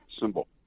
symbol